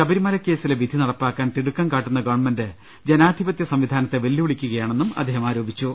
ശബരിമല കേസിലെ വിധി നടപ്പാക്കാൻ തിടുക്കം കാട്ടുന്ന ഗവൺമെന്റ് ജനാധിപത്യ സംവിധാനത്തെ വെല്ലുവിളിക്കുകയാ ണെന്നും അദ്ദേഹം പറഞ്ഞു